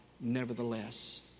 nevertheless